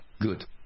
good